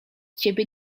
ciebie